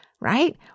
right